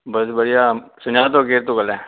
बस बढ़िया सुञाथो केर थो ॻाल्हायां